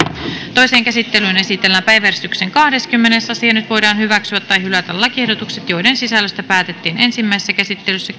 toiseen käsittelyyn esitellään päiväjärjestyksen kahdeskymmenes asia nyt voidaan hyväksyä tai hylätä lakiehdotukset joiden sisällöstä päätettiin ensimmäisessä käsittelyssä